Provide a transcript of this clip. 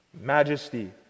majesty